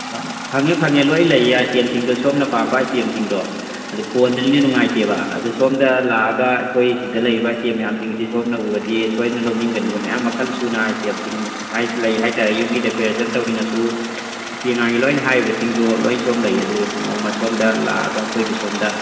ꯐꯪꯉꯦ ꯐꯪꯉꯦ ꯂꯣꯏꯅ ꯂꯩꯌꯦ ꯑꯥꯏꯇꯦꯝꯁꯤꯡꯗꯨ ꯁꯣꯝꯅ ꯄꯥꯝꯕ ꯑꯥꯏꯇꯦꯝꯁꯤꯡꯗꯣ ꯑꯗꯨ ꯐꯣꯟꯗꯅꯤꯅ ꯉꯨꯡꯉꯥꯏꯇꯦꯕ ꯑꯗꯣ ꯁꯣꯝꯗ ꯂꯥꯛꯑꯒ ꯑꯩꯈꯣꯏ ꯁꯤꯗ ꯂꯩꯔꯤꯕ ꯑꯥꯏꯇꯦꯝ ꯃꯌꯥꯝꯁꯤꯡꯁꯦ ꯁꯣꯝꯅ ꯎꯔꯗꯤ ꯁꯣꯏꯗꯅ ꯂꯧꯅꯤꯡꯒꯅꯤꯑꯦ ꯃꯌꯥꯝ ꯃꯈꯜ ꯁꯨꯅ ꯑꯥꯏꯇꯦꯝꯁꯤꯡ ꯂꯩ ꯍꯥꯏꯇꯥꯔꯦ ꯌꯨꯝꯒꯤ ꯗꯦꯀꯣꯔꯦꯁꯟ ꯇꯧꯅꯤꯡꯉꯁꯨ ꯅꯨꯄꯤ ꯑꯉꯥꯡꯒꯤ ꯂꯣꯏꯅ ꯍꯥꯏꯔꯤꯕꯁꯤꯡꯗꯣ ꯂꯣꯏꯅ ꯁꯣꯝꯗ ꯂꯩꯑꯦ ꯑꯗꯨ ꯅꯣꯡꯃ ꯁꯣꯝꯗ ꯂꯥꯛꯑꯒ ꯑꯩꯈꯣꯏꯒꯤ ꯁꯣꯝꯗ